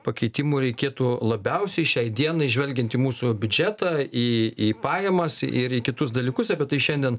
pakeitimų reikėtų labiausiai šiai dienai žvelgiant į mūsų biudžetą į į pajamas ir į kitus dalykus apie tai šiandien